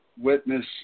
witness